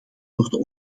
worden